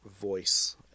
voice